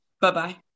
Bye-bye